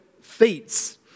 feats